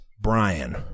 Brian